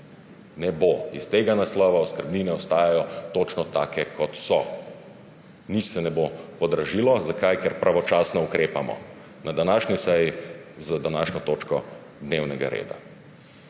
ne bo. Iz tega naslova oskrbnine ostajajo točno takšne, kot so. Nič se ne bo podražilo. Zakaj? Ker pravočasno ukrepamo na današnji seji z današnjo točko dnevnega reda.